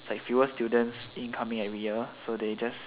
like fewer students incoming every year so they just